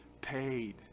paid